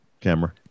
camera